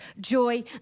joy